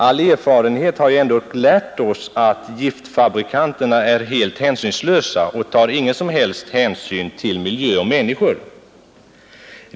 All erfarenhet har ändå lärt oss att giftfabrikanterna är helt hänsynslösa och inte tar någon som helst hänsyn till miljö och människor.